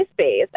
space